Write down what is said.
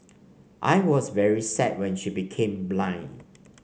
I was very sad when she became blind